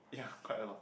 ya quite a lot